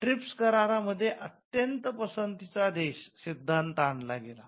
trips करारामध्ये 'अत्यंत पसंतीचा देश सिद्धांत' आणला गेला